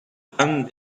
pan